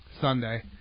Sunday